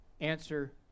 answer